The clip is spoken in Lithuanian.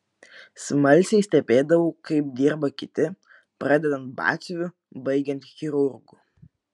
smalsiai stebėdavau kaip dirba kiti pradedant batsiuviu baigiant chirurgu